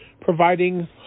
providing